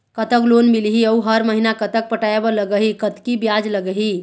कतक लोन मिलही अऊ हर महीना कतक पटाए बर लगही, कतकी ब्याज लगही?